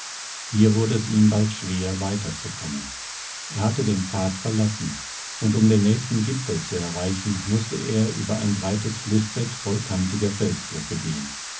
hier wurde es ihm bald schwer weiterzukommen er hatte den pfad verlassen und um den nächsten gipfel zu erreichen mußte er über ein breites flußbett voll kantiger felsblöcke gehen